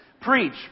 Preach